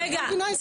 רגע,